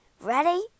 Ready